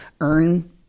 earn